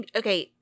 okay